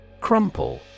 Crumple